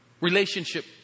Relationship